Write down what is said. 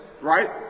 right